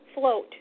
float